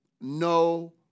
no